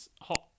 hot